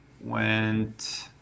went